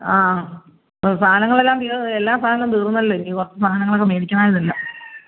ആ സാധനങ്ങളെല്ലാം തീർന്നു എല്ലാ സാധനങ്ങളും തീർന്നല്ലോ ഇനി കുറച്ചു സാധനങ്ങളൊക്കെ മേടിക്കണയിരുന്നു എല്ലാം